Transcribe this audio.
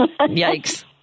Yikes